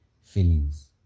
feelings